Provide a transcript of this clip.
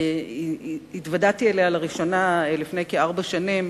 התוודעתי אליה לראשונה לפני כארבע שנים,